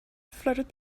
fluttered